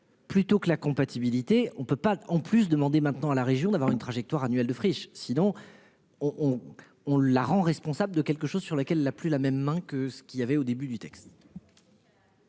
Plutôt que la compatibilité. On ne peut pas en plus demander maintenant à la région d'avoir une trajectoire annuelle de friches sinon on on on la rend responsable de quelque chose sur lequel la plus la même main que ce qui avait au début du texte.